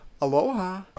aloha